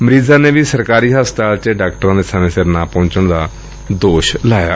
ਮਰੀਜ਼ਾਾ ਨੇ ਵੀ ਸਰਕਾਰੀ ਹਸਪਤਾਲ ਚ ਡਾਕਟਰਾਂ ਦੇ ਸਮੇਂ ਸਿਰ ਨ ੍ਪਹੰਚਣ ਦਾ ਦੋਸ਼ ਲਾਇਆ